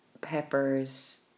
peppers